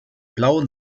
blau